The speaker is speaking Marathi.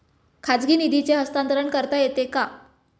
खाजगी निधीचे हस्तांतरण करता येते का?